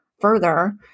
further